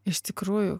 iš tikrųjų